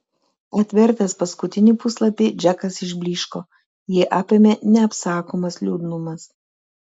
atvertęs paskutinį puslapį džekas išblyško jį apėmė neapsakomas liūdnumas